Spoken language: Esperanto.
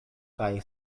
kaj